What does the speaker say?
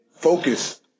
focus